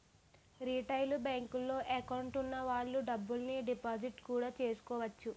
retail బేంకుల్లో account వున్న వాళ్ళు డబ్బుల్ని డిపాజిట్టు కూడా చేసుకోవచ్చు